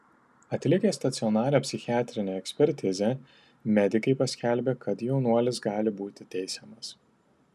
atlikę stacionarią psichiatrinę ekspertizę medikai paskelbė kad jaunuolis gali būti teisiamas